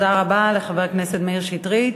תודה רבה לחבר הכנסת מאיר שטרית.